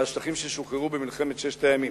בשטחים ששוחררו במלחמת ששת הימים,